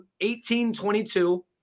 1822